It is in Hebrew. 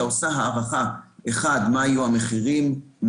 ועושה הערכה - מה יהיו המחירים,